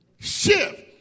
Shift